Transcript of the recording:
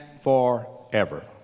forever